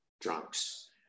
drunks